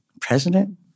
President